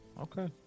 Okay